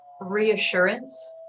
reassurance